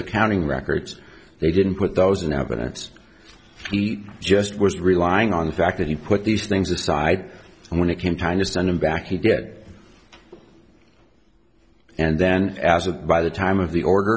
accounting records they didn't put those in evidence he just was relying on the fact that he put these things aside and when it came time to send him back he'd get and then as a by the time of the order